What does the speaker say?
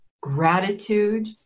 gratitude